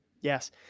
Yes